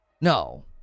No